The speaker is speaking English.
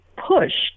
pushed